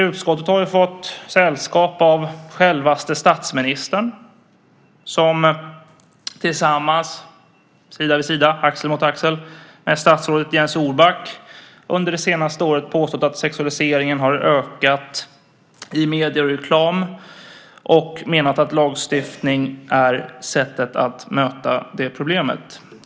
Utskottet har fått sällskap av självaste statsministern, som tillsammans - sida vid sida, axel mot axel - med statsrådet Jens Orback under det senaste året har påstått att sexualiseringen har ökat i medier och reklam och menat att lagstiftning är sättet att möta det problemet.